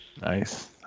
Nice